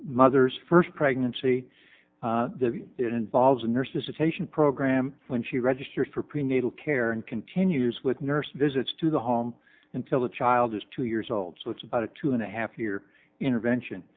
mothers first pregnancy it involves a nurse dissipation programme when she registered for prenatal care and continues with nurse visits to the home until the child is two years old so it's about a two and a half year intervention